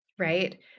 right